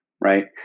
right